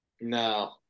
No